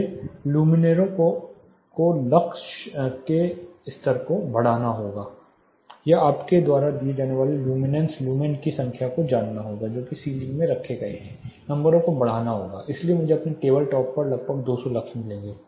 मुझे इन ल्यूमिनेयरों को लक्स के स्तर को बढ़ाना होगा या आपके द्वारा जाने वाले ल्यूमिनेन्स लुमेन की संख्या को जानना होगा जो कि सीलिंग में रखे गए हैं नंबरों को बढ़ाना होगा इसलिए मुझे अपने टेबल टॉप पर लगभग 200 लक्स मिलेंगे